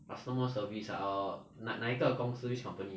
customer service ah err 哪一个公司 which company